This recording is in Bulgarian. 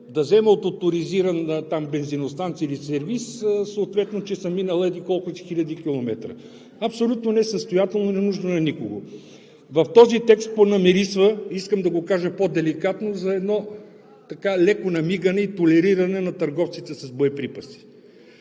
да взема от оторизирана бензиностанция или сервиз, че съм минал еди-колко хиляди километра. Абсолютно несъстоятелно и ненужно на никого! В този текст понамирисва, искам да го кажа по-деликатно, за едно леко намигане и толериране на търговците с боеприпаси